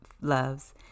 loves